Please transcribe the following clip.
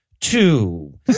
two